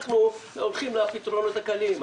אנחנו הולכים לפתרונות הקלים.